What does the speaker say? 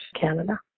Canada